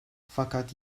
fakat